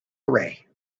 array